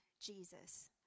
Jesus